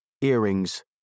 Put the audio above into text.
earrings